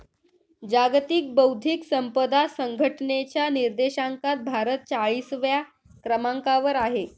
जागतिक बौद्धिक संपदा संघटनेच्या निर्देशांकात भारत चाळीसव्या क्रमांकावर आहे